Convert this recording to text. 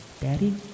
Daddy